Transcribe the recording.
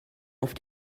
auf